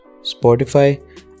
Spotify